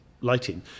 lighting